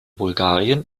bulgarien